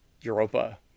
Europa